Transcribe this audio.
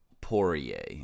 Poirier